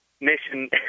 mission